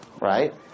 right